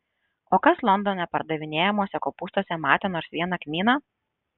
o kas londone pardavinėjamuose kopūstuose matė nors vieną kmyną